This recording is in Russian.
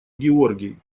георгий